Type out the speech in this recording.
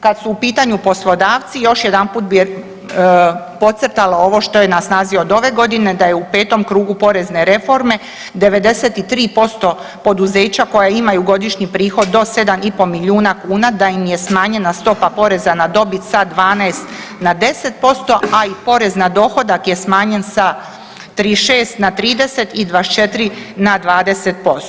Kada su u pitanju poslodavci još jedanput bi podcrtala ovo što je na snazi od ove godine da je u 5. krugu porezne reforme 93% poduzeća koja imaju godišnji prihod do 7 i pol milijuna kuna da im je smanjena stopa poreza na dobit sa 12 na 10%, a i porez na dohodak je smanjen sa 36 na 30 i 24 na 20%